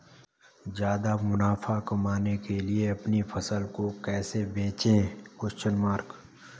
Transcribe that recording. ज्यादा मुनाफा कमाने के लिए अपनी फसल को कैसे बेचें?